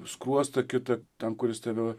skruostą kitą ten kuris tave